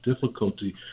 difficulty